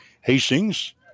Hastings